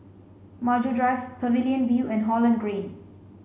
Maju Drive Pavilion View and Holland Green